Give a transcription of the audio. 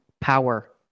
power